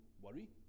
worry